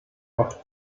bajos